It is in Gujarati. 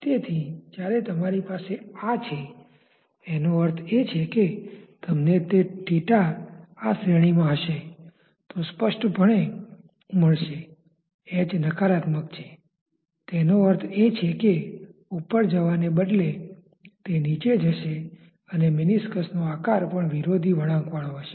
તેથી જ્યારે તમારી પાસે આ છે એનો અર્થ એ છે કે તમને તે થીટા આ શ્રેણીમાં હશે તો સ્પષ્ઠપણે મળશે h નકારાત્મક છે તેનો અર્થ એ છે કે ઉપર જવાને બદલે તે નીચે જશે અને મેનિસ્કસનો આકાર પણ વિરોધી વળાંકવાળો હશે